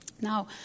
Now